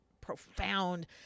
profound